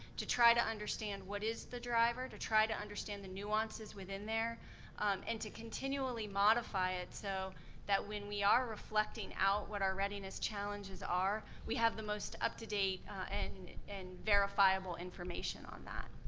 to try to understand what is the driver, to try to understand the nuances within there and to continually modify it, so that when we are reflecting out what our readiness challenges are, we have the most up to date and and verifiable information on that.